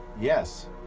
Yes